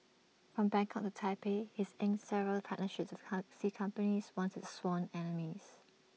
from Bangkok to Taipei he's inked several partnerships with taxi companies once its sworn enemies